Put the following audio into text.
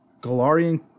Galarian